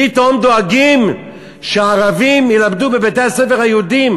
פתאום דואגים שערבים ילמדו בבתי-הספר היהודיים,